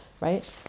right